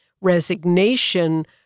resignation